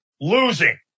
losing